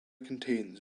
contains